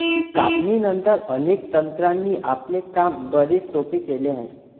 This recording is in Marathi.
कापणीनंतर, अनेक तंत्रांनी आपले काम बरेच सोपे केले आहे